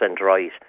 right